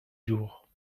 jours